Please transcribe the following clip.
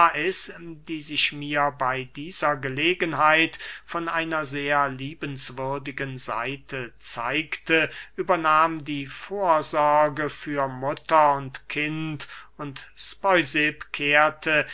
lais die sich mir bey dieser gelegenheit von einer sehr liebenswürdigen seite zeigte übernahm die vorsorge für mutter und kind und speusipp kehrte